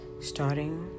starting